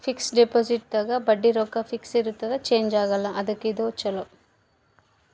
fix deposit ದಾಗ ಬಡ್ಡಿ ರೊಕ್ಕ ಫಿಕ್ಸ್ ಇರ್ತದ ಚೇಂಜ್ ಆಗಲ್ಲ ಅದುಕ್ಕ ಇದು ಚೊಲೊ